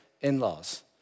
in-laws